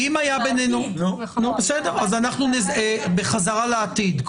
כמו בסרט בחזרה לעתיד,